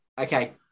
Okay